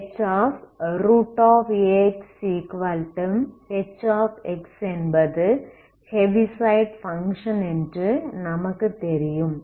HaxH என்பது Heaviside function என்று நமக்கு தெரியும்